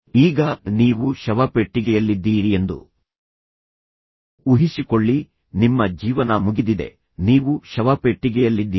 ಈಗ ನೀವು ಶವಪೆಟ್ಟಿಗೆಯಲ್ಲಿದ್ದೀರಿ ಎಂದು ಊಹಿಸಿಕೊಳ್ಳಿ ನಿಮ್ಮ ಜೀವನ ಮುಗಿದಿದೆ ನೀವು ಶವಪೆಟ್ಟಿಗೆಯಲ್ಲಿದ್ದೀರಿ